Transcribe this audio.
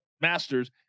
masters